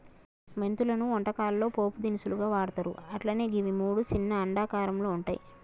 మెంతులను వంటకాల్లో పోపు దినుసుగా వాడ్తర్ అట్లనే గివి మూడు చిన్న అండాకారంలో వుంటయి